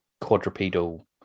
quadrupedal